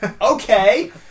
Okay